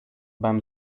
beim